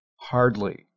Hardly